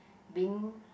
being